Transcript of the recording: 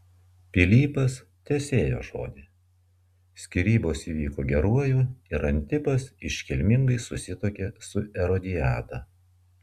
pilypas tesėjo žodį skyrybos įvyko geruoju ir antipas iškilmingai susituokė su erodiada